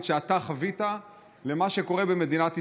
שאתה חווית למה שקורה במדינת ישראל?